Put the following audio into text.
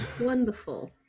Wonderful